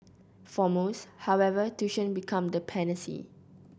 for most however tuition becomes the panacea